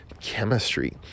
chemistry